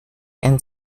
and